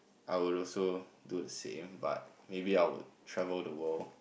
I would also do the same but maybe I would travel the world